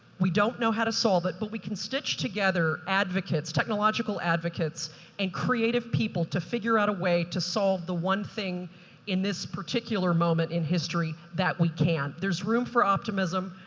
we don't know how to solve it, but we can stitch together advocates, technological advocates and creative people to figure out a way to solve the one thing in this particular moment in history that we can't. there's room for optimism.